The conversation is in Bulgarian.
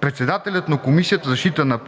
председателят на Комисията за защита